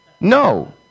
No